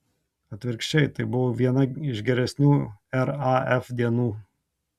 atvirkščiai tai buvo viena iš geresnių raf dienų